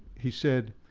he said,